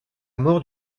mort